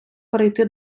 перейти